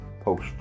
post